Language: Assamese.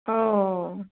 অঁ